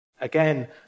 Again